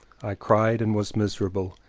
i cried and was miserable,